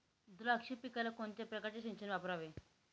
द्राक्ष पिकाला कोणत्या प्रकारचे सिंचन वापरावे?